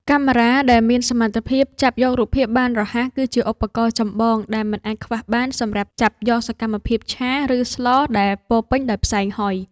កាមេរ៉ាដែលមានសមត្ថភាពចាប់យករូបភាពបានរហ័ស គឺជាឧបករណ៍ចម្បងដែលមិនអាចខ្វះបានសម្រាប់ចាប់យកសកម្មភាពឆា ឬស្លដែលពោរពេញដោយផ្សែងហុយ។